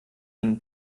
den